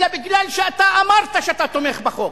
אלא משום שאתה אמרת שאתה תומך בחוק,